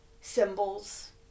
symbols